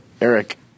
Eric